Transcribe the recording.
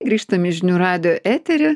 grįžtam į žinių radijo eterį